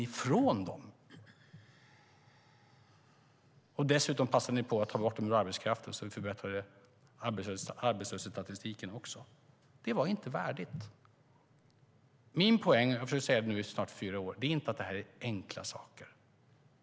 Ni passade dessutom på att ta bort dem ur arbetskraften och förbättrade också arbetslöshetsstatistiken. Det var inte värdigt. Min poäng, vilket jag har försökt säga i snart fyra år nu, är inte att det här är enkla saker.